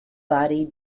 body